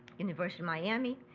university of miami,